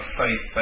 faith